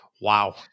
Wow